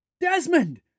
Desmond